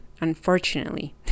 Unfortunately